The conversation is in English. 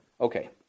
Okay